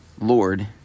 Lord